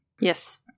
Yes